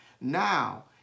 Now